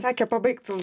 sakė pabaigt